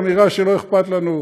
האמירה שלא אכפת לנו,